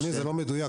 אדוני, זה לא מדויק.